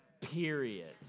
period